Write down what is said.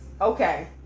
Okay